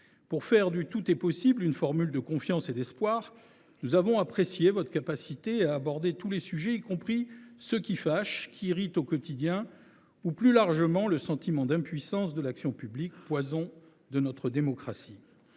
de faire du « tout est possible » une formule de confiance et d’espoir en abordant tous les sujets, y compris ceux qui fâchent et qui irritent au quotidien, ou, plus largement, le sentiment d’impuissance de l’action publique, poison de notre démocratie.